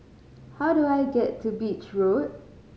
how do I get to Beach Road